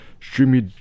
streamy